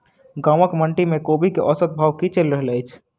गाँवक मंडी मे कोबी केँ औसत भाव की चलि रहल अछि?